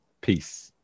Peace